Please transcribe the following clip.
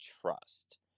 trust